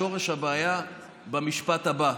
שורש הבעיה הוא במשפט הבא,